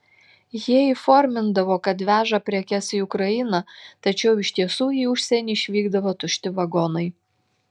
jie įformindavo kad veža prekes į ukrainą tačiau iš tiesų į užsienį išvykdavo tušti vagonai